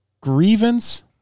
grievance